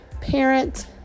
parent